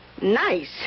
Nice